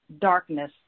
darkness